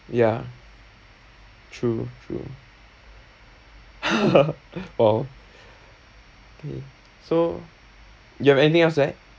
ya true true oh so you have anything else to add